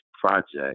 project